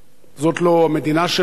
זאת לא המדינה שלנו,